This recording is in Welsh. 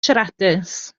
siaradus